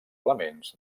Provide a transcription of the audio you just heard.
elements